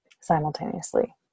simultaneously